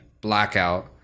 Blackout